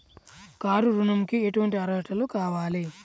Car ఋణంకి ఎటువంటి అర్హతలు కావాలి?